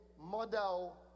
model